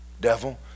Devil